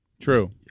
True